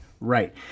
Right